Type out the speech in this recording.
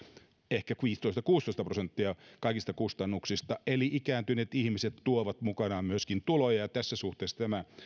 ehkä viisitoista viiva kuusitoista prosenttia kaikista kustannuksista eli ikääntyneet ihmiset tuovat mukanaan myöskin tuloja ja tässä suhteessa tämä